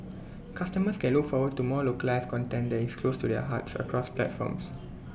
customers can look forward to more localised content that is close to their hearts across platforms